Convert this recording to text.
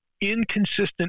inconsistent